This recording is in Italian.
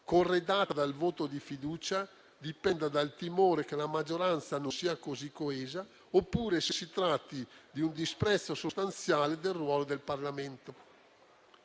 corredata dal voto di fiducia, dipenda dal timore che la maggioranza non sia così coesa, oppure se si tratti di un disprezzo sostanziale del ruolo del Parlamento.